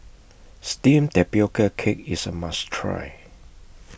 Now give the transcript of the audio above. Steamed Tapioca Cake IS A must Try